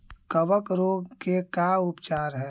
कबक रोग के का उपचार है?